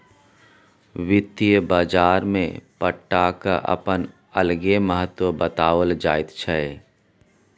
वित्तीय बाजारमे पट्टाक अपन अलगे महत्व बताओल जाइत छै